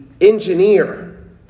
engineer